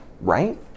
Right